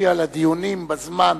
מופיע לדיונים בזמן